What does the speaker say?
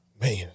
Man